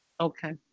Okay